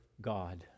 God